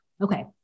Okay